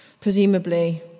Presumably